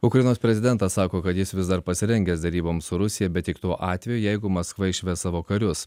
ukrainos prezidentas sako kad jis vis dar pasirengęs deryboms su rusija bet tik tuo atveju jeigu maskva išves savo karius